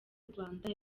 rwanda